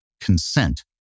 consent